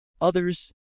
others